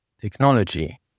technology